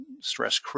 stress